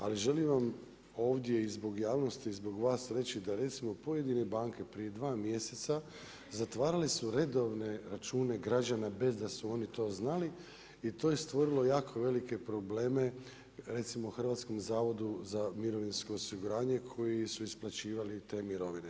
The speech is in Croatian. Ali želim vam ovdje i zbog javnosti i zbog vas reći, da recimo pojedine banke prije dva mjeseca zatvarale su redovne račune građana bez da su oni to znali i to je stvorilo jako velike probleme recimo Hrvatskom zavodu za mirovinsko osiguranje koji su isplaćivali te mirovine.